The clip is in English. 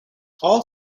all